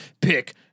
Pick